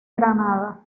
granada